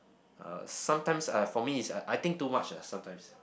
uh sometimes uh for me is a I think too much ah sometimes